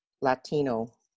Latino